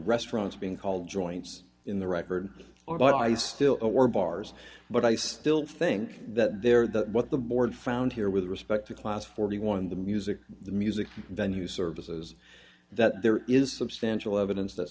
restaurants being called joints in the record or but i still or bars but i still think that there that what the board found here with respect to class forty one the music the music venue services that there is substantial evidence that